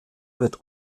wird